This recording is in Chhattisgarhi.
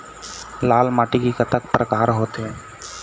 लाल माटी के कतक परकार होथे?